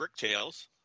Bricktails